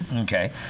Okay